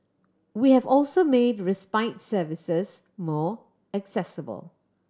we have also made respite services more accessible